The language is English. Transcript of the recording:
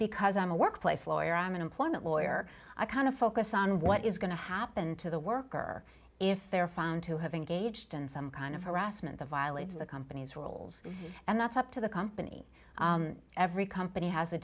because i'm a workplace lawyer i'm an employment lawyer i kind of focus on what is going to happen to the worker if they're found to have engaged in some kind of harassment violates the company's roles and that's up to the company every company has a